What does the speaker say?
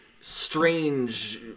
Strange